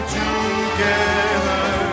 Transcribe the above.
together